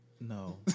No